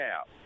out